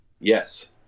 Yes